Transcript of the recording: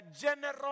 general